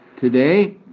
today